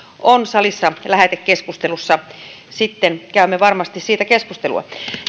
on salissa lähetekeskustelussa sitten käymme varmasti siitä keskustelua